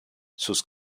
sus